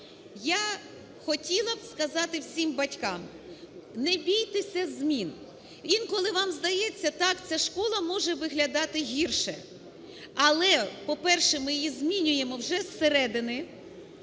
Я хотіла би сказати всім батькам: не бійтеся змін! Інколи вам здається, так, ця школа може виглядати гірше, але, по-перше, ми її змінюємо вже зсередини,